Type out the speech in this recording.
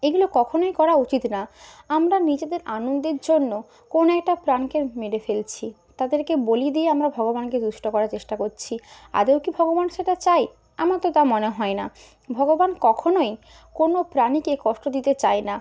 এগুলো কখনোই করা উচিত না আমরা নিজেদের আনন্দের জন্য কোনও একটা প্রাণকে মেরে ফেলছি তাদেরকে বলি দিয়ে আমরা ভগবানকে তুষ্ট করার চেষ্টা করছি আদৌ কি ভগবান সেটা চায় আমার তো তা মনে হয় না ভগবান কখনোই কোনও প্রাণীকে কষ্ট দিতে চায় না